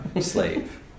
slave